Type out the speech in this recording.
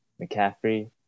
McCaffrey